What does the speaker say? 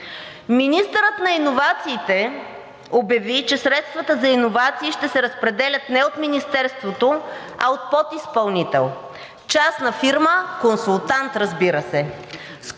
Министърът на иновациите обяви, че средствата за иновации ще се разпределят не от Министерството, а от подизпълнител – частна фирма консултант, разбира се.